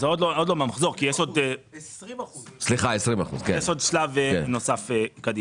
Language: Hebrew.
זה עוד לא מן המחזור כי יש שלב נוסף קדימה.